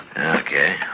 Okay